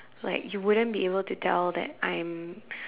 like you wouldn't be able to tell that I'm